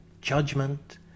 judgment